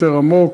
יותר עמוק.